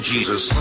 Jesus